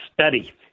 study